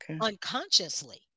unconsciously